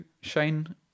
Shane